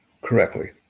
correctly